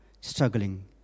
struggling